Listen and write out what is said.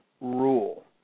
Rule